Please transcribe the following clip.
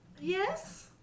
Yes